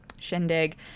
shindig